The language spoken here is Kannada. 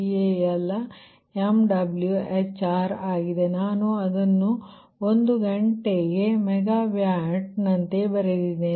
86 MkCal MWHr ಆಗಿದೆ ನಾನು ಅದನ್ನು ಒಂದು ಗಂಟೆಗೆ ಮೆಗಾವ್ಯಾಟ್ ಬರೆದಿದ್ದೇನೆ